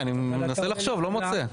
כן, אני מנסה לחשוב, לא מוצא.